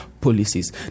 policies